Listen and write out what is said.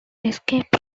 escape